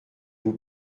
vous